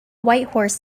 whitehorse